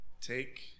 Take